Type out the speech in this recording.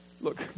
look